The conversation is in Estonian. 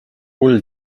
hull